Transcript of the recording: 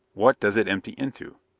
what does it empty into?